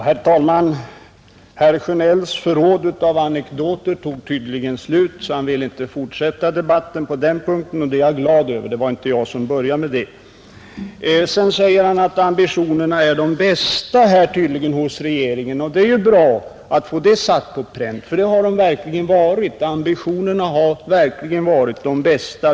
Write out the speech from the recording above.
Herr talman! Herr Sjönells förråd av anekdoter tog tydligen slut så han ville inte fortsätta att berätta historier och det är jag glad över. Det var inte jag som började med det. Nu säger herr Sjönell att ambitionerna tydligen är de bästa hos regeringen och det är ju bra att få det satt på pränt, ty ambitionerna har verkligen varit de bästa.